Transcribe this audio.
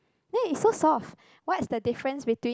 then it's so soft what is the difference between